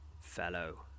fellow